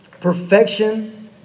perfection